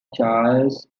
charles